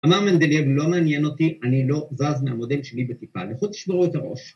‫אמר מנדלייב, לא מעניין אותי, ‫אני לא זז מהמודל שלי בטיפה. ‫לכו תשברו את הראש.